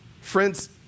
Friends